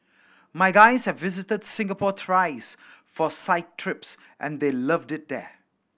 my guys have visited Singapore thrice for site trips and they loved it there